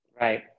Right